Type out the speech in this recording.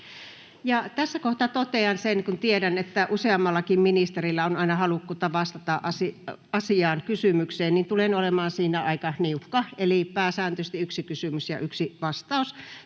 Tässä kohtaa totean sen, kun tiedän, että useammallakin ministerillä on aina halukkuutta vastata asiaan, kysymykseen, että tulen olemaan siinä aika niukka, eli pääsääntöisesti yksi kysymys ja yksi vastaus.